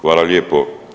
Hvala lijepo.